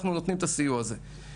אנחנו נותנים את הסיוע הזה.